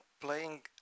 playing